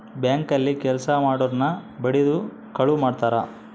bank ಅಲ್ಲಿ ಕೆಲ್ಸ ಮಾಡೊರ್ನ ಬಡಿದು ಕಳುವ್ ಮಾಡ್ತಾರ